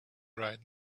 right